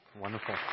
Wonderful